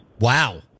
Wow